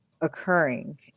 occurring